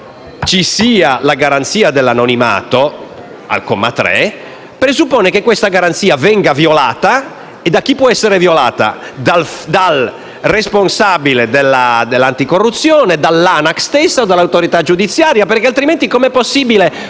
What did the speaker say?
vi sia la garanzia dell'anonimato al comma 3, questa garanzia venga violata. E da chi può violata? Dal responsabile dell'anticorruzione, dall'ANAC stessa o dall'autorità giudiziaria. Altrimenti come sarebbe